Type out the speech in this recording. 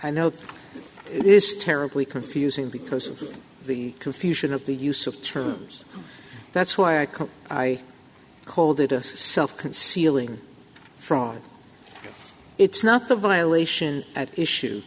i know this is terribly confusing because of the confusion of the use of terms that's why i can i called it a self concealing a fraud it's not the violation at issue